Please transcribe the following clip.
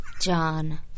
John